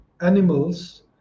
animals